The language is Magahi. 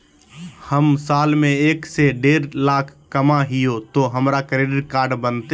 हम साल में एक से देढ लाख कमा हिये तो हमरा क्रेडिट कार्ड बनते?